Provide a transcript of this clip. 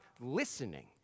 listening